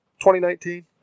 2019